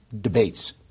debates